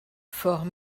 fort